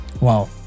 Wow